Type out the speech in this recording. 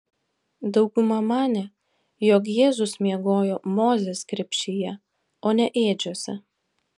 dauguma manė jog jėzus miegojo mozės krepšyje o ne ėdžiose